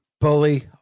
Bully